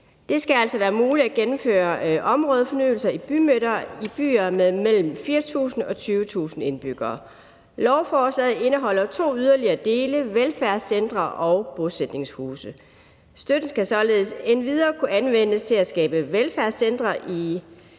Det skal altså være muligt at gennemføre områdefornyelse i bymidter i byer med mellem 4.000 og 20.000 indbyggere. Lovforslaget indeholder to yderligere dele: velfærdscentre og bosætningshuse. Støtten skal således endvidere kunne anvendes til at skabe velfærdscentre,